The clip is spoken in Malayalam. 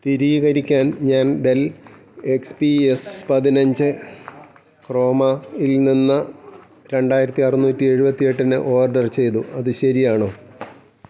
സ്ഥിരീകരിക്കാൻ ഞാൻ ഡെൽ എക്സ് പി എസ് പതിനഞ്ച് ക്രോമയിൽനിന്ന് രണ്ടായിരത്തി അറുന്നൂറ്റി എഴുപത്തി എട്ടിന് ഓർഡർ ചെയ്തു അത് ശരിയാണോ